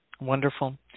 Wonderful